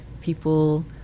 people